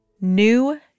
New